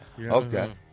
Okay